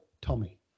Tommy